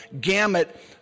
gamut